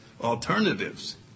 alternatives